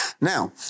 Now